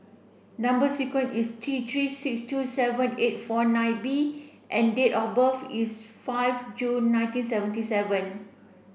number sequence is T three six two seven eight four nine B and date of birth is five June nineteen seventy seven